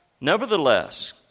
Nevertheless